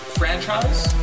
franchise